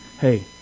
Hey